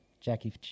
jackie